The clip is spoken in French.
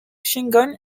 shingon